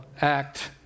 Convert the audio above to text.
act